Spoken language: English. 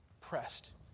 pressed